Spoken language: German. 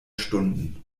stunden